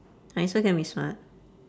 I also can be smart